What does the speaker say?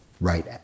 right